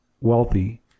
wealthy